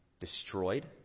destroyed